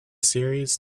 series